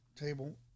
table